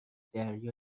دریا